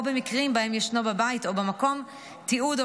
או במקרים שבהם ישנו בבית או במקום תיעוד או